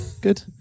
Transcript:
Good